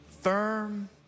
firm